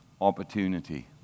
opportunity